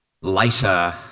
later